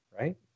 right